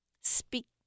speak